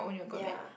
ya